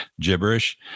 gibberish